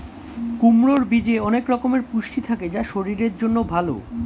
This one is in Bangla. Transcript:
কুমড়োর বীজে অনেক রকমের পুষ্টি থাকে যা শরীরের জন্য ভালো